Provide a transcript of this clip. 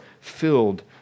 filled